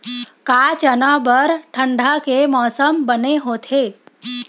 का चना बर ठंडा के मौसम बने होथे?